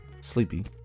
sleepy